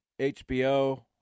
HBO